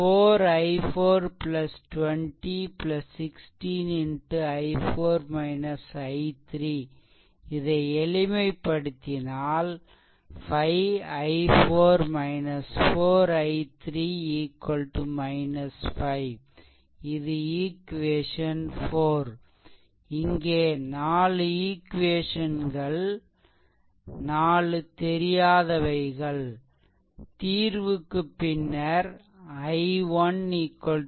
4 i4 20 16 X இதை எளிமைப்படுத்தினால் 5 i4 4 I3 5 இது ஈக்வேசன் 4 இங்கே 4 ஈக்வேசன்கள் 4 தெரியாதவைகள் தீர்வுக்கு பின்னர் I1 7